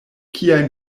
kiajn